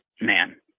man